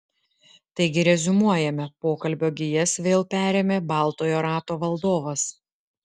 taigi reziumuojame pokalbio gijas vėl perėmė baltojo rato valdovas